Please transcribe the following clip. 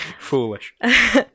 foolish